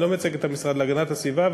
אני לא מייצג את המשרד להגנת הסביבה,